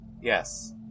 Yes